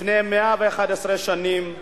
לפני 111 שנים,